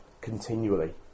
continually